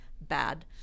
bad